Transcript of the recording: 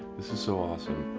this is so awesome.